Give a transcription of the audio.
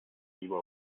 lieber